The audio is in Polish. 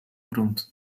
grunt